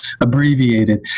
abbreviated